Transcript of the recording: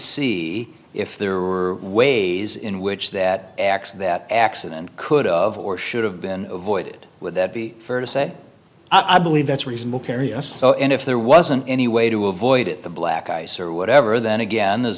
see if there are ways in which that acts that accident could of or should have been avoided would that be fair to say i believe that's reasonable care yes and if there wasn't any way to avoid it the black ice or whatever then again there's